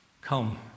Come